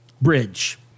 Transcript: bridge